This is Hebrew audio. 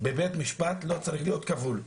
- בבית משפט לא צריך להיות כבול.